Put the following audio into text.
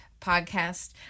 podcast